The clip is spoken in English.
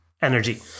energy